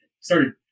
started